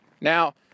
Now